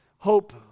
Hope